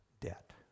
debt